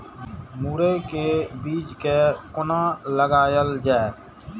मुरे के बीज कै कोना लगायल जाय?